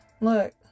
Look